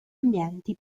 ambienti